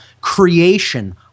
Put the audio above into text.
creation